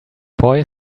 boy